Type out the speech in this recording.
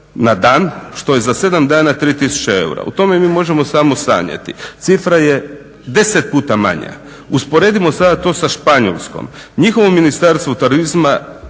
na dan što je za sedam dana 3 tisuće eura. O tome mi možemo samo sanjati. Cifra je deset puta manja. Usporedimo sada to sa Španjolskom. Njihovo ministarstvo turizma